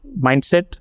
mindset